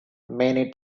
many